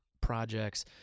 projects